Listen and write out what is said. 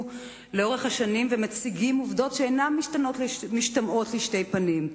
לאורך השנים ומציגים עובדות שאינן משתמעות לשתי פנים: